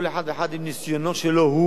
כל אחד ואחד עם ניסיונו שלו,